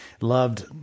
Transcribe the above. loved